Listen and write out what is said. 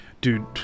Dude